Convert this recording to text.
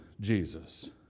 Jesus